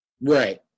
Right